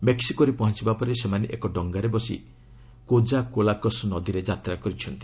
ମେକ୍ସିକୋରେ ପହଞ୍ଚୁବା ପରେ ସେମାନେ ଏକ ଡଙ୍ଗାରେ ବସି କୋଜାକୋଲାକସ୍ ନଦୀରେ ଯାତ୍ରା କରିଛନ୍ତି